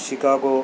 Chicago